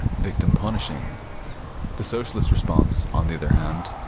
victim punishing the socialist response, on the other hand,